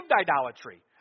idolatry